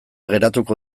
geratuko